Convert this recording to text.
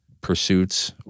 pursuits